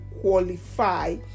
qualify